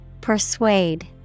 Persuade